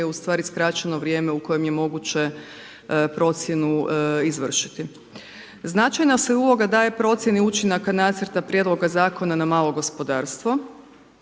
u stvari skraćeno vrijeme u kojem je moguće procjenu izvršiti. Značajna se uloga daje procjeni učinaka nacrta prijedloga zakona na malo gospodarstvo